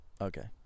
Okay